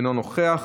אינו נוכח,